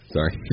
Sorry